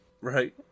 Right